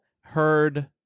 heard